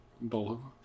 Blue